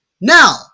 Now